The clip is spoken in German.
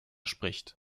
spricht